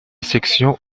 section